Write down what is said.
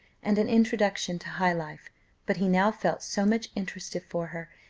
and an introduction to high life but he now felt so much interested for her,